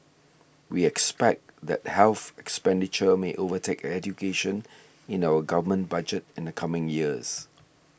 we expect that health expenditure may overtake education in our government budget in the coming years